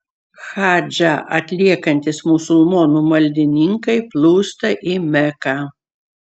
hadžą atliekantys musulmonų maldininkai plūsta į meką